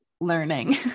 learning